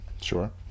Sure